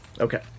Okay